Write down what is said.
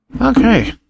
Okay